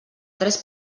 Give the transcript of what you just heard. tres